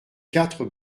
quatre